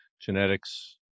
genetics